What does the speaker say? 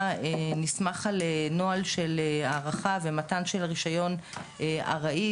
נסמך על נוהל של הערכה ומתן של רישיון ארעי.